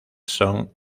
son